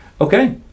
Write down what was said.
Okay